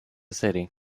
city